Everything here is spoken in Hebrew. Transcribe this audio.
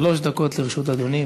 שלוש דקות לרשות אדוני.